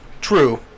True